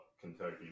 Kentucky